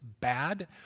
bad